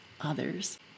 others